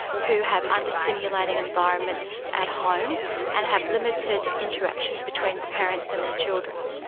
who have under-stimulating environments at home and have limited interactions between parents and their children.